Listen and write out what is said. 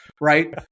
right